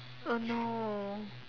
oh no